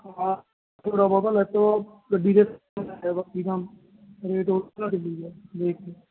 ਹਾਂ ਥੋੜ੍ਹਾ ਬਹੁਤਾ ਲੈਸ ਉਹ ਗੱਡੀ ਦੇ ਹਿਸਾਬ ਨਾਲ ਏ ਬਾਕੀ ਤਾਂ ਰੇਟ ਹੋਰ ਘੱਟ ਜੂਗਾ ਦੇਖਲੋ